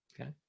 Okay